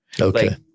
Okay